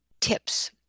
tips